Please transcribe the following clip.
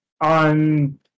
on